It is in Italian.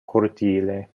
cortile